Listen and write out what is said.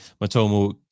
Matomo